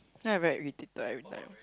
then I very irritated every time